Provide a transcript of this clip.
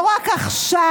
לא רק עכשיו,